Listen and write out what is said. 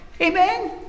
Amen